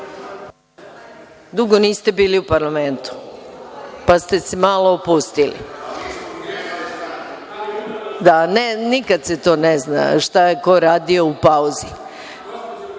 niste bili u parlamentu, pa ste se malo opustili. Ne, nikad se to ne zna šta je ko radio u